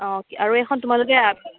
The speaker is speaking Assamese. অঁ আৰু এখন তোমালোকে